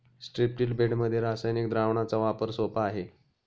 स्ट्रिप्टील बेडमध्ये रासायनिक द्रावणाचा वापर सोपा आहे